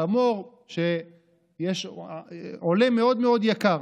חמור שעולה מאוד מאוד יקר.